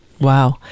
Wow